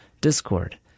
Discord